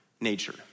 nature